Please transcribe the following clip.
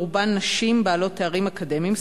ברובן נשים בעלות תארים אקדמיים,